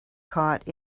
caught